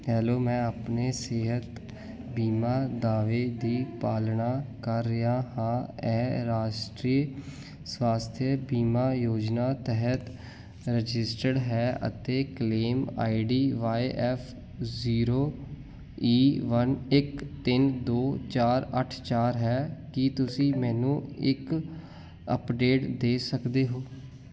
hello ਮੈਂ ਆਪਣੇ ਸਿਹਤ ਬੀਮਾ ਦਾਅਵੇ ਦੀ ਪਾਲਣਾ ਕਰ ਰਿਹਾ ਹਾਂ ਇਹ ਰਾਸ਼ਟਰੀ ਸਵਾਸਥਯ ਬੀਮਾ ਯੋਜਨਾ ਤਹਿਤ ਰਜਿਸਟਰਡ ਹੈ ਅਤੇ claim I D Y F zero E one ਇੱਕ ਤਿੰਨ ਦੋ ਚਾਰ ਅੱਠ ਚਾਰ ਹੈ ਕੀ ਤੁਸੀਂ ਮੈਨੂੰ ਇੱਕ ਅਪਡੇਟ ਦੇ ਸਕਦੇ ਹੋ